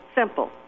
simple